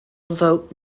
vote